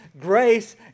grace